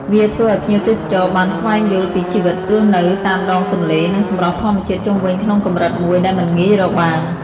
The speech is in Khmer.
វាធ្វើឱ្យភ្ញៀវទេសចរណ៍បានស្វែងយល់ពីជីវិតរស់នៅតាមដងទន្លេ និងសម្រស់ធម្មជាតិជុំវិញក្នុងកម្រិតមួយដែលមិនងាយរកបាន។